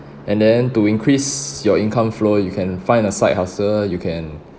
and then to increase your income flow you can find a side hassle you can